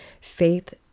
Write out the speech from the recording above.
faith